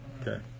Okay